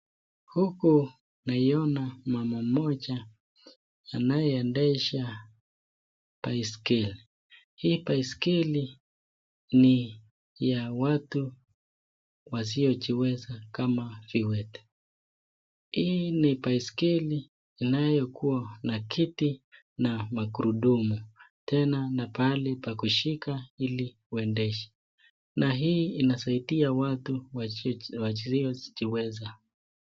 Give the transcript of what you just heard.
Huku naiona mama mmoja anayeedesha baiskeli, hii baiskeli ni ya watu wasiojiweza kama viwete, hii ni baiskeli inayokuwa na kiti na magurudumu, tena na pahali pa kushika ili uendeshe, na hii inasaidia watu wasiojiweza.